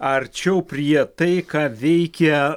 arčiau prie tai ką veikia